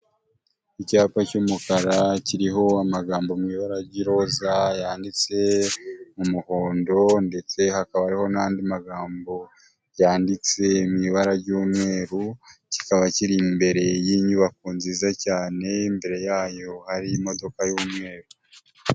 Icyapa cy'umukara, kiriho amagambo mu ibara ry'iroza yanditse mu muhondo ndetse hakaba n'andi magambo yanditswe mu ibara ry'umweru, kikaba kiri imbere y'inyubako nziza cyane, imbere yayo hari imodoka y'umweru.